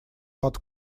под